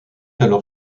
alors